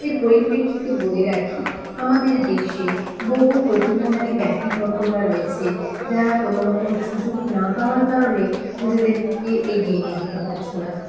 এর পরিপ্রেক্ষিতে বলে রাখি আমাদের দেশে বহু প্রতিভাধারী ব্যক্তিবর্গরা রয়েছে যারা কোনোরকম সুযোগ না পাওয়ার কারণে নিজেদেরকে এগিয়ে নিয়ে যেতে পারছে না